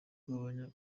kugabanya